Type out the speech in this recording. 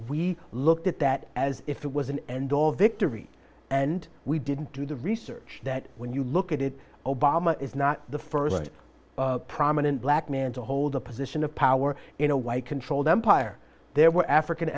we looked at that as if it was an end all dick to read and we didn't do the research that when you look at it obama is not the first prominent black man to hold a position of power in a white controlled empire there were african